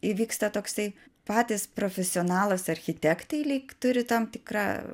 įvyksta toksai patys profesionalas architektai lyg turi tam tikrą